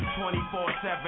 24-7